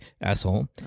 asshole